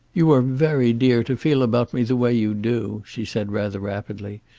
you are very dear to feel about me the way you do she said, rather rapidly.